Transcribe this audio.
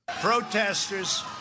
Protesters